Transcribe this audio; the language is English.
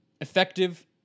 effective